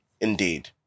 Indeed